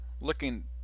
looking